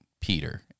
Peter